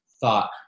thought